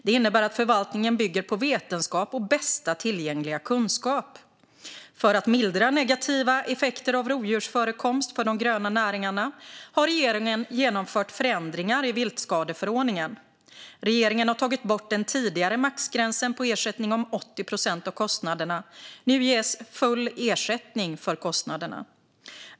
Det innebär att förvaltningen bygger på vetenskap och bästa tillgängliga kunskap. För att mildra negativa effekter av rovdjursförekomst för de gröna näringarna har regeringen genomfört förändringar i viltskadeförordningen. Regeringen har tagit bort den tidigare maxgränsen på ersättning om 80 procent av kostnaderna. Nu ges full ersättning för kostnaderna.